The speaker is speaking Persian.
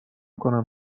کنم